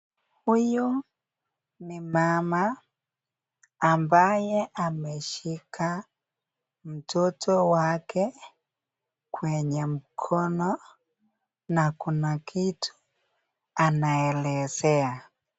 Huyu ni mama ambaye ameshika mtoto wake kwenye mkono na kuna kitu anaelezea.